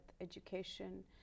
education